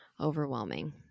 overwhelming